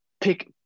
pick